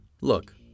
Look